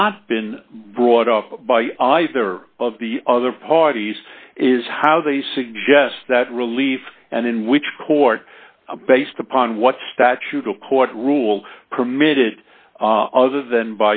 not been brought up by either of the other parties is how they suggest that relief and in which court based upon what statute a court rule permitted other than